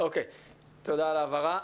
תודה על ההבהרה.